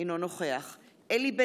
אינו נוכח אלי בן-דהן,